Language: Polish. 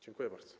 Dziękuję bardzo.